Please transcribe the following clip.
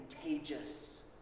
contagious